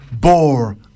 bore